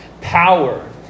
power